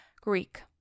Greek